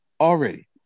already